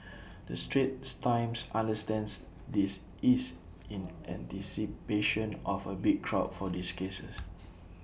the straits times understands this is in anticipation of A big crowd for these cases